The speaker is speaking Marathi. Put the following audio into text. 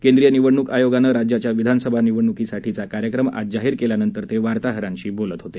केंद्रीय निवडणूक आयोगानं राज्याच्या विधानसभा निवडणूकीसाठीचा कार्यक्रम आज जाहीर केल्यानंतर ते वार्ताहरांशी होलत होते